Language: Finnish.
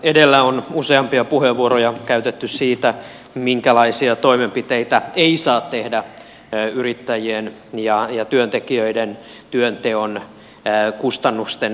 edellä on useampia puheenvuoroja käytetty siitä minkälaisia toimenpiteitä ei saa tehdä yrittäjien ja työntekijöiden työnteon kustannusten kiristämiseksi